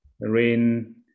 rain